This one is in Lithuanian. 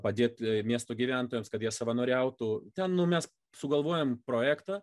padėti miesto gyventojams kad jie savanoriautų ten nu mes sugalvojom projektą